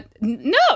no